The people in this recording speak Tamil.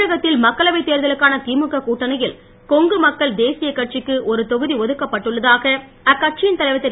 தமிழகத்தில் மக்களவைத் தேர்தலுக்கான திமுக கூட்டணியில் கொங்கு மக்கள் தேசிய கட்சிக்கு ஒரு தொகுதி ஒதுக்கப்பட்டுள்ளதாக அக்கட்சியின் தலைவர் திரு